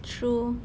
true